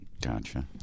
Gotcha